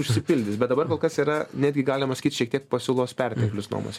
užsipildys bet dabar kol kas yra netgi galima sakyt šiek tiek pasiūlos perteklius nuomos